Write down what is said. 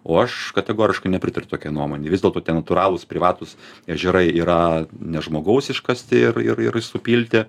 o aš kategoriškai nepritariu tokiai nuomonei vis dėlto tie natūralūs privatūs ežerai yra ne žmogaus iškasti ir ir ir supilti